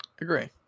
Agree